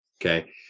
okay